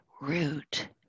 root